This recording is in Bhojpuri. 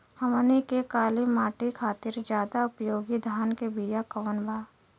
हमनी के काली माटी खातिर ज्यादा उपयोगी धान के बिया कवन बा?